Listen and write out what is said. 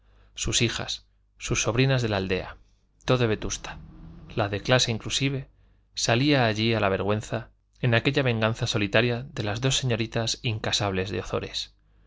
sus hijas sus sobrinas de la aldea todo vetusta la de clase inclusive salía allí a la vergüenza en aquella venganza solitaria de las dos señoritas incasables de